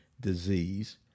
disease